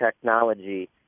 technology